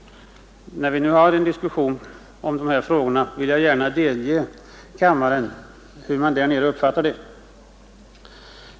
När vi nu för en diskussion om dessa frågor ville jag därför delge kammarens ledamöter hur man i bygden uppfattar läget.